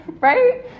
right